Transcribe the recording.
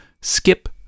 skip